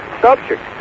subject